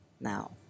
Now